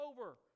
over